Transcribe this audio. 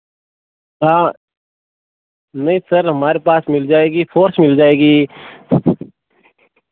हाँ नहीं सर हमारे पास मिल जाएगी फोर्स मिल जाएगी